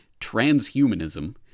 transhumanism